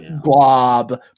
Glob